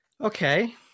Okay